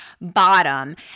bottom